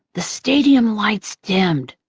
the stadium lights dimmed.